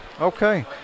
Okay